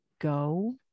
go